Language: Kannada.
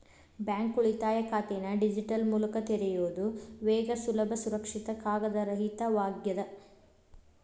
ಬ್ಯಾಂಕ್ ಉಳಿತಾಯ ಖಾತೆನ ಡಿಜಿಟಲ್ ಮೂಲಕ ತೆರಿಯೋದ್ ವೇಗ ಸುಲಭ ಸುರಕ್ಷಿತ ಕಾಗದರಹಿತವಾಗ್ಯದ